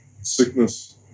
sickness